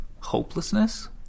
hopelessness